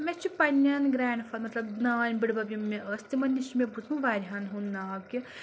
مےٚ چھُ پنٛنؠن گرٛینڈ مطلب نانۍ بٔڑبَب یِم مےٚ ٲس تِمَن نِش چھِ مےٚ بوٗزمُت واریاہَن ہُنٛد ناو کہِ